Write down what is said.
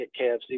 KFC